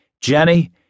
Jenny